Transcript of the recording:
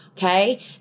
Okay